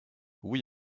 oui